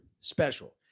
special